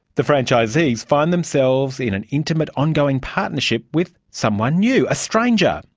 the franchisees find themselves in an intimate ongoing partnership with someone new, a stranger.